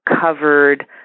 covered